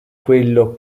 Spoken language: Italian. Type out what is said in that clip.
quello